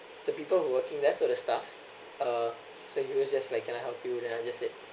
the people who working sort of staff uh so he was just like can I help you then I just said